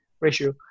ratio